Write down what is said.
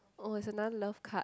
oh it's another love card